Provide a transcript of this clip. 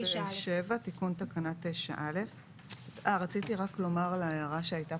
תיקון תקנה 9א. רציתי לומר לגבי ההערה שנאמרה